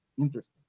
interesting